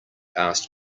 asked